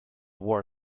war